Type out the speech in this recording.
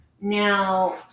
now